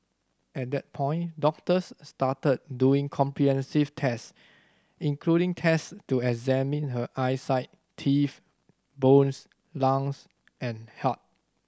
at that point doctors started doing comprehensive test including test to examine her eyesight teeth bones lungs and heart